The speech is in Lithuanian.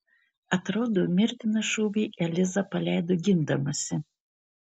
atrodo mirtiną šūvį eliza paleido gindamasi